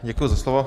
Děkuji za slovo.